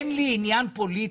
אין לי עניין פוליטי.